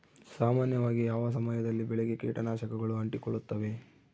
ಸಾಮಾನ್ಯವಾಗಿ ಯಾವ ಸಮಯದಲ್ಲಿ ಬೆಳೆಗೆ ಕೇಟನಾಶಕಗಳು ಅಂಟಿಕೊಳ್ಳುತ್ತವೆ?